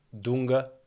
Dunga